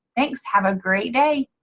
thanks, have a great day.